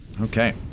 Okay